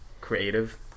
creative